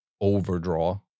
overdraw